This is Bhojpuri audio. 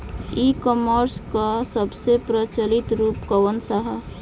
ई कॉमर्स क सबसे प्रचलित रूप कवन सा ह?